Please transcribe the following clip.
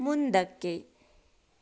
ಮುಂದಕ್ಕೆ